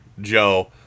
Joe